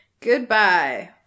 Goodbye